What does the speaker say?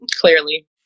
Clearly